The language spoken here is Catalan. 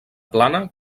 plana